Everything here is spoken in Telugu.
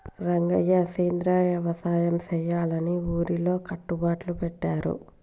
రంగయ్య సెంద్రియ యవసాయ సెయ్యాలని ఊరిలో కట్టుబట్లు పెట్టారు